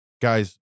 guys